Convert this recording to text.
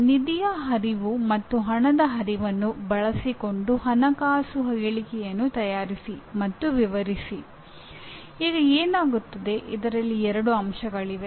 ನಿಧಿಯ ಹರಿವು ಮತ್ತು ಹಣದ ಹರಿವನ್ನು ಬಳಸಿಕೊಂಡು ಹಣಕಾಸು ಹೇಳಿಕೆಯನ್ನು ತಯಾರಿಸಿ ಮತ್ತು ವಿವರಿಸಿ ಈಗ ಏನಾಗುತ್ತದೆ ಇದರಲ್ಲಿ ಎರಡು ಅಂಶಗಳಿವೆ